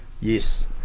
yes